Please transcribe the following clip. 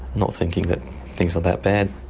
not thinking that things were that bad,